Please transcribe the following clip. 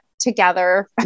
together